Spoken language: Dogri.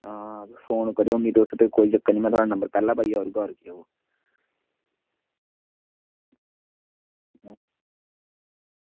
हां तुस फोन करेओ मिगी तुस ते कोई चक्कर निं में थुआढ़ा नंबर पैह्ला पाई लैगा होर केह् होग